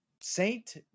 Saint